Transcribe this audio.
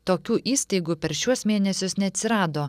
tokių įstaigų per šiuos mėnesius neatsirado